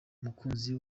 umukunzi